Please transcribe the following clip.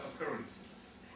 occurrences